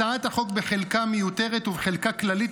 הצעת החוק בחלקה מיותרת ובחלקה כללית